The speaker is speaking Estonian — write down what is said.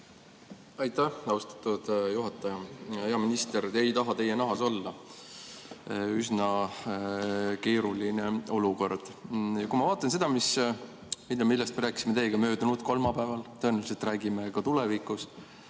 Aitäh, austatud juhataja! Hea minister! Ei taha teie nahas olla, üsna keeruline olukord. Kui ma vaatan seda, millest me rääkisime teiega möödunud kolmapäeval ja tõenäoliselt räägime ka tulevikus,